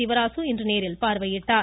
சிவராசு இன்று நேரில் பார்வையிட்டார்